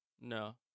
No